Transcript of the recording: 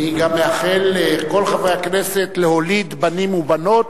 אני גם מאחל לכל חברי הכנסת להוליד בנים ובנות,